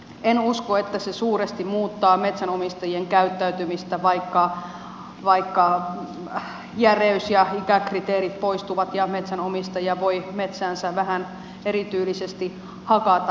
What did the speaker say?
en usko että se suuresti muuttaa metsänomistajien käyttäytymistä vaikka järeys ja ikäkriteerit poistuvat ja metsänomistaja voi metsäänsä vähän erityylisesti hakata